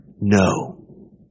No